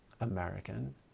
American